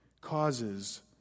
causes